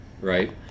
right